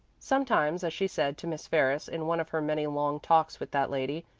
sometimes, as she said to miss ferris in one of her many long talks with that lady,